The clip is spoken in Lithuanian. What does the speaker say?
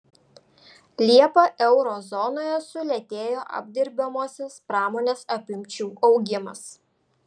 liepą euro zonoje sulėtėjo apdirbamosios pramonės apimčių augimas